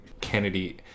kennedy